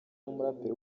n’umuraperi